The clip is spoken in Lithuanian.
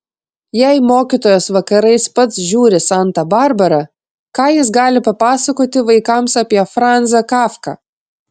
jei mokytojas vakarais pats žiūri santą barbarą ką jis gali papasakoti vaikams apie franzą kafką